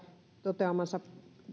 toteamansa